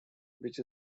which